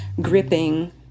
gripping